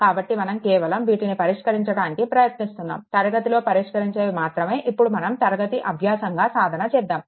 కాబట్టి మనం కేవలం వీటిని పరిష్కరించడానికి ప్రయత్నిస్తున్నాము తరగతిలో పరిష్కరించేవి మాత్రమే ఇప్పుడు మనం తరగతి అభ్యాసంగా సాధన చేద్దాము